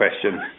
question